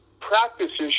practices